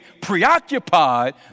preoccupied